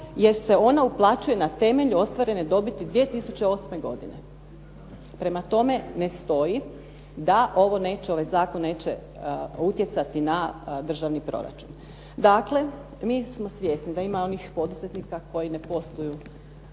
jer se ona uplaćuje na temelju ostvarene dobiti 2008. godine. Prema tome ne stoji da ovaj zakon neće utjecati na državni proračun. Dakle, mi smo svjesni da ima onih poduzetnika koji ne posluju